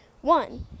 one